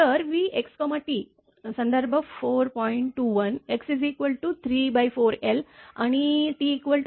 तर vxt संदर्भ 421 x 34l आणि t6